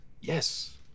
Yes